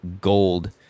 gold